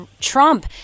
Trump